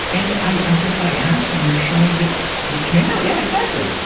and i think by asking you're showing that you care. yeah, exactly.